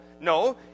no